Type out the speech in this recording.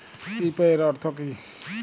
UPI এর অর্থ কি?